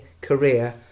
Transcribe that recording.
career